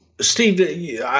Steve